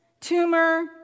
tumor